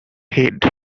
head